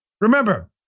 Remember